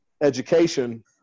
education